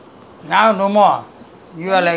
when I get first married you are my priority